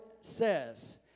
says